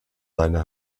seiner